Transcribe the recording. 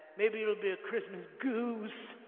maybe it'll be a christmas goose,